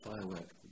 firework